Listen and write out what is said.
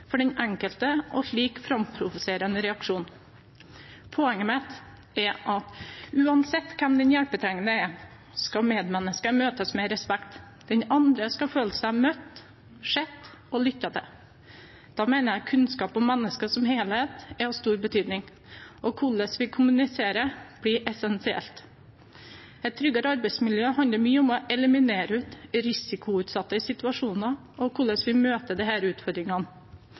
for den enkelte, og slik framprovoserer en reaksjon. Poenget mitt er at uansett hvem den hjelpetrengende er, skal medmennesket møtes med respekt. Den andre skal føle seg møtt, sett og lyttet til. Da mener jeg at kunnskap om mennesket som helhet er av stor betydning, og hvordan vi kommuniserer, blir essensielt. Et tryggere arbeidsmiljø handler mye om å eliminere risikoutsatte situasjoner og hvordan vi møter disse utfordringene.